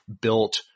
built